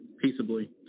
peaceably